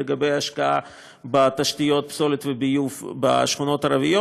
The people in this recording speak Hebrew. להשקעה בתשתיות פסולת וביוב בשכונות הערביות,